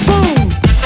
Boom